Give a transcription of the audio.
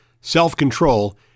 self-control